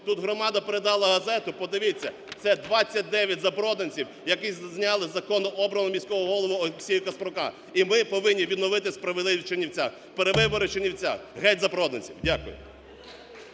тут громада передала газету. Подивіться, це 29 запроданців, які зняли законно обраного міського голову Олексія Каспрука. І ми повинні відновити справедливість в Чернівцях. Перевибори в Чернівцях! Геть запроданців! Дякую.